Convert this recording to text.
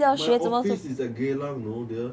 my office is at geylang you know dear